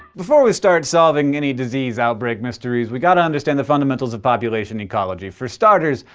before we start solving any disease outbreak mysteries, we've got to understand the fundamentals of population ecology. for starters,